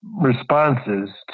responses